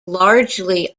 largely